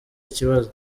ikibazo